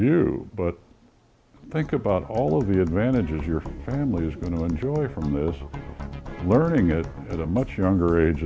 you but think about all of the advantages your family is going to enjoy from this learning it at a much younger age